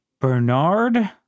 Bernard